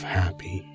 happy